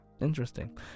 Interesting